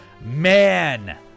Man